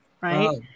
right